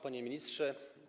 Panie Ministrze!